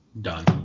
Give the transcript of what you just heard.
done